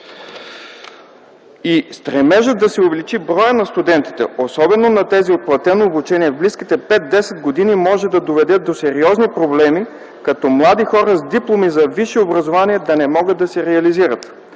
„Стремежът да се увеличи броят на студентите, особено на тези от платено обучение в близките 5-10 години, може да доведе до сериозни проблеми като млади хора с дипломи за висше образование да не могат да се реализират.